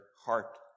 heart